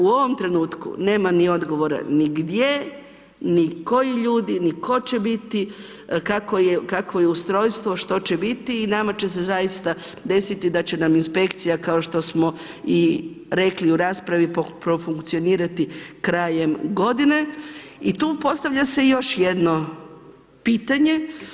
U ovom trenutku nema ni odgovora ni gdje ni koji ljudi ni tko će biti, kakvo je ustrojstvo, što će biti i nama će se zaista desiti da će nam inspekcija, kao što smo i rekli u raspravi, profunkcionirati krajem godine i tu postavlja se još jedno pitanje.